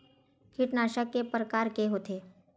कीटनाशक के प्रकार के होथे?